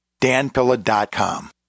danpilla.com